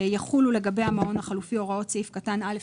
יחולו לגבי המעון החלופי הוראות סעיף קטן (א2),